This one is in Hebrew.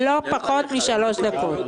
לא פחות מ-3 דקות.